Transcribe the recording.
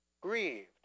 grieved